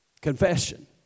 confession